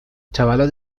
تولد